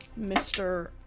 Mr